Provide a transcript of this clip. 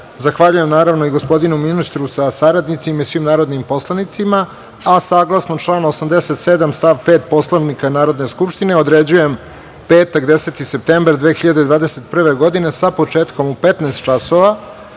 reda. Zahvaljujem, naravno i gospodinu ministru sa saradnicima i svim narodnim poslanicima. Saglasno članu 87. stav 5. Poslovnika Narodne skupštine, određujem petak 10. septembar 2021. godine, sa početkom u 15.00